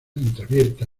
entreabierta